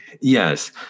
Yes